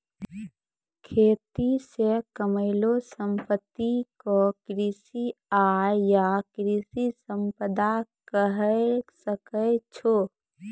खेती से कमैलो संपत्ति क कृषि आय या कृषि संपदा कहे सकै छो